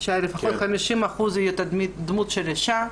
שלפחות 50% יהיו דמויות של נשים.